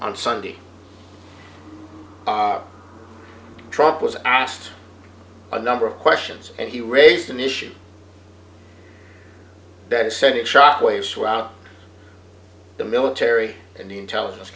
on sunday truck was asked a number of questions and he raised an issue that said in shock waves throughout the military and the intelligence